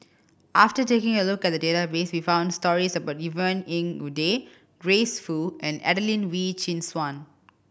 after taking a look at the database we found stories about Yvonne Ng Uhde Grace Fu and Adelene Wee Chin Suan